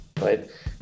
right